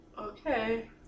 Okay